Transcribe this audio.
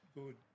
good